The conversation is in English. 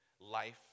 life